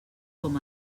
com